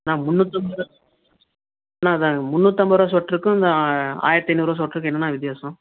அண்ணா முந்நூற்றி ஐம்பது ருபா அண்ணா எனக்கு முந்நூத்தம்பதுருவா சொட்ருக்கும் இந்த ஆயிரத்தி ஐந்நூருபா சொட்ருக்கும் என்னெண்ணா வித்தியாசம்